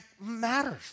matters